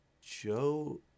Joe